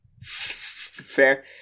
Fair